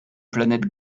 planète